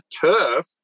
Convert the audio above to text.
turf